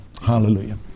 Hallelujah